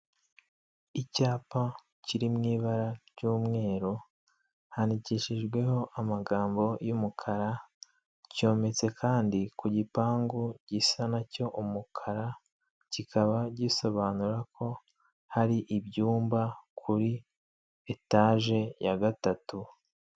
Icyapa kiri mu ibara ry'umweru, handikishijweho amagambo y'umukara, cyometse kandi ku gipangu gisa na cyo umukara, kikaba gisobanura ko hari ibyumba kuri etaje ya gatatu.